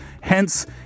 Hence